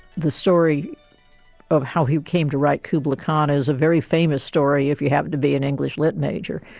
the story of how he came to write kubla khan is a very famous story if you happen to be an english lit major.